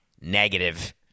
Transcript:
Negative